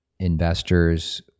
investors